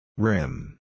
Rim